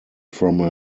from